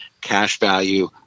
cash-value